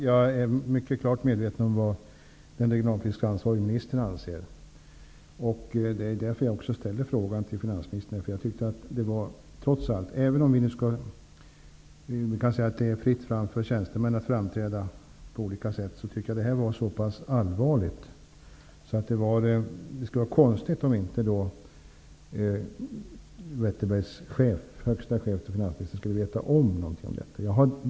Herr talman! Jag är klart medveten om vad den regionalpolitiskt ansvarige ministern anser. Det är därför jag ställer frågan till finansministern. Även om det är fritt fram för tjänstemän att framträda på olika sätt tycker jag att detta var så pass allvarligt att det skulle vara konstigt om inte Wetterbergs högsta chef, dvs. finansministern, skulle veta något om det.